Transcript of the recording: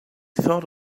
thought